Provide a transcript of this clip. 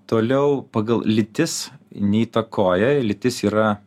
toliau pagal lytis neįtakoja lytis yra